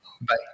Bye